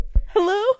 Hello